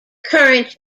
current